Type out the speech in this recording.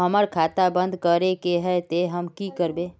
हमर खाता बंद करे के है ते हम की करबे?